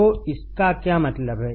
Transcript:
तोइसकाक्यामतलब है